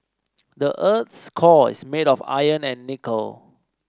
the earth's core is made of iron and nickel